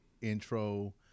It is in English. intro